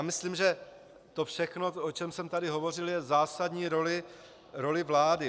Myslím, že to všechno, o čem jsem tady hovořil, je zásadní rolí vlády.